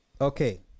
Okay